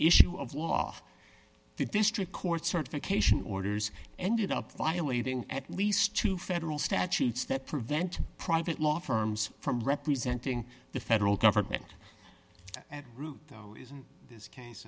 issue of law the district court certification orders ended up violating at least two federal statutes that prevent private law firms from representing the federal government at root this